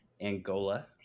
Angola